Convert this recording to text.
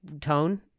tone